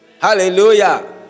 Hallelujah